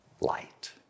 light